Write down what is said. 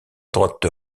droite